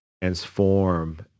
transform